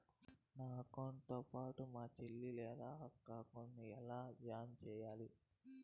నా అకౌంట్ తో పాటు మా చెల్లి లేదా అక్క అకౌంట్ ను ఎలా జామ సేస్తారు?